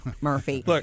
Murphy